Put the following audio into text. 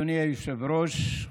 אדוני היושב-ראש,